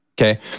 Okay